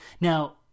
Now—